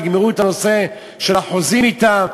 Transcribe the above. תגמרו את הנושא של החוזים אתם,